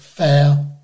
Fair